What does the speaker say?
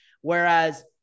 Whereas